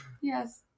yes